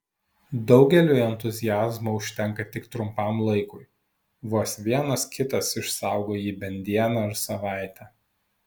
daugeliui entuziazmo užtenka tik trumpam laikui vos vienas kitas išsaugo jį bent dieną ar savaitę